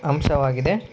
ಅಂಶವಾಗಿದೆ